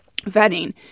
vetting